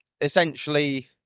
essentially